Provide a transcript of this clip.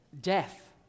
death